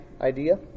idea